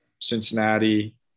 Cincinnati